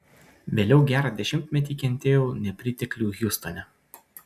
vėliau gerą dešimtmetį kentėjau nepriteklių hjustone